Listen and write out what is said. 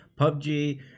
PUBG